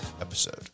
episode